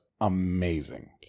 amazing